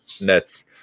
Nets